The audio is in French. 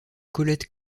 colette